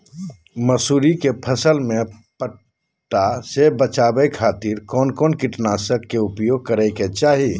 मसूरी के फसल में पट्टा से बचावे खातिर कौन कीटनाशक के उपयोग करे के चाही?